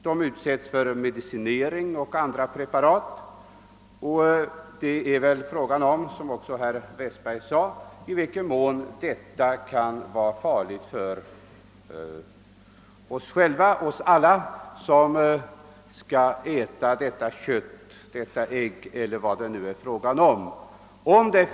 De utsätts också för medicinering med olika preparat, och frågan är väl — som herr Westberg i Ljusdal sade — i vilken mån detta kan vara farligt för oss alla som skall äta köttet eller äggen och i övrigt vad som produceras.